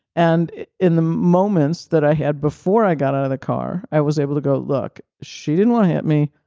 and in the moments that i had before i got out of the car i was able to go, look she didn't want ah me,